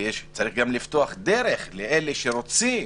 וצריך גם לפתוח דרך לאלה שרוצים,